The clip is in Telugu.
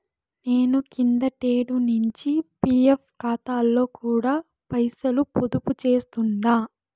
నేను కిందటేడు నించి పీఎఫ్ కాతాలో కూడా పైసలు పొదుపు చేస్తుండా